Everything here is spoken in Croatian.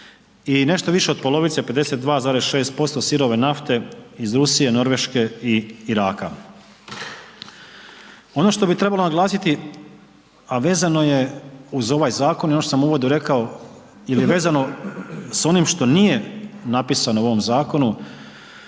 i nešto više od polovice 52,6% sirove nafte iz Rusije, Norveške i Iraka. Ono što bi trebalo naglasiti, a vezano je uz ovaj zakon i ono što sam u uvodu rekao ili vezano s onim što nije napisano u ovom zakonu,